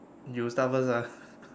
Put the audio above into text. you start first ah